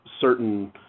certain